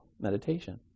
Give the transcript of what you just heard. meditation